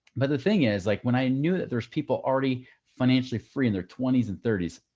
but the thing is like, when i knew that there was people already financially free in their twenties and thirties,